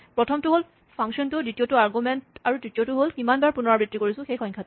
প্ৰথমটো হ'ল ফাংচনটো দ্বিতীয়টো আৰগুমেন্ট আৰু তৃতীয়টো কিমানবাৰ পুণৰাবৃত্তি কৰিছোঁ সেই সংখ্যাটো